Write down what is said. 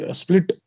split